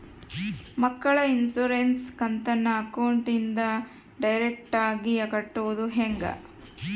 ಮಕ್ಕಳ ಇನ್ಸುರೆನ್ಸ್ ಕಂತನ್ನ ಅಕೌಂಟಿಂದ ಡೈರೆಕ್ಟಾಗಿ ಕಟ್ಟೋದು ಹೆಂಗ?